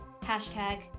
hashtag